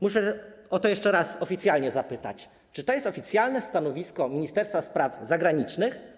Muszę o to jeszcze raz oficjalnie zapytać: Czy to jest oficjalne stanowisko Ministerstwa Spraw Zagranicznych?